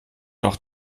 doch